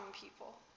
people